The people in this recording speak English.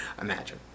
imagine